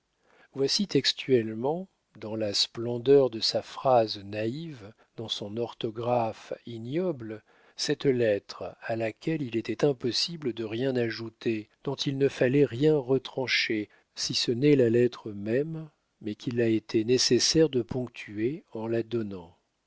voici textuellement dans la splendeur de sa phrase naïve dans son orthographe ignoble cette lettre à laquelle il était impossible de rien ajouter dont il ne fallait rien retrancher si ce n'est la lettre même mais qu'il a été nécessaire de ponctuer en la donnant